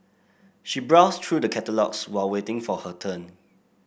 she browsed through the catalogues while waiting for her turn